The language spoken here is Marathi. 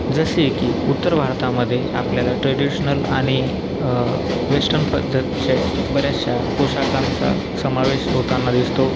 जसे की उत्तर भारतामधे आपल्याला ट्रेडिशनल आणि वेस्टन पद्धतीचे बऱ्याचशा पोशाखांचा समावेश होताना दिसतो